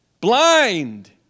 blind